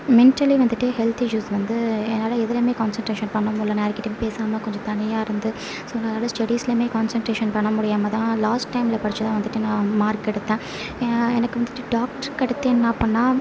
mentally வந்துட்டு health issues வந்து என்னால் எதுலையும் கான்செண்ட்ரேஷன் பண்ண முடியலை நான் யார்க்கிட்டயும் பேசாமல் கொஞ்சம் தனியாக இருந்து ஸோ அதனால ஸ்டெடீஸ்லையும் கான்செண்ட்ரேஷன் பண்ண முடியாமல் தான் லாஸ்ட் டைமில் படிச்சது தான் வந்துட்டு நான் மார்க் எடுத்தேன் எனக்கு வந்துட்டு டாக்டருக்கு அடுத்து என்ன பண்ணிணா